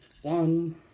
One